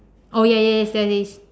oh ya ya ya there is